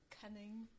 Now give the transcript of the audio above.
Cunning